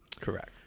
Correct